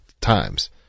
times